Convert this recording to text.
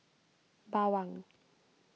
Bawang